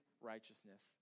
righteousness